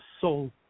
soul